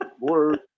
word